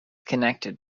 connected